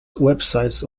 websites